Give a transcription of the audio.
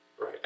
right